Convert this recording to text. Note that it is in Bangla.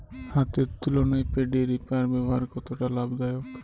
হাতের তুলনায় পেডি রিপার ব্যবহার কতটা লাভদায়ক?